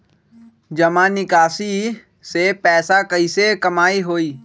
जमा निकासी से पैसा कईसे कमाई होई?